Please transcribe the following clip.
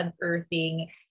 unearthing